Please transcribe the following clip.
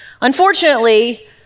Unfortunately